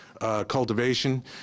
cultivation